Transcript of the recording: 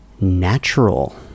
natural